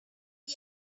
api